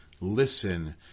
listen